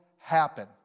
happen